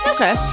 Okay